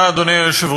תודה, אדוני היושב-ראש,